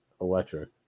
electric